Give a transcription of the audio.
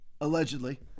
allegedly